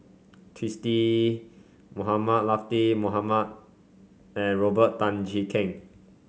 Twisstii Mohamed Latiff Mohamed and Robert Tan Jee Keng